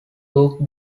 took